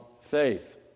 faith